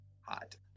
Hot